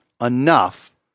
enough